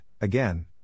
again